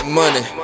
money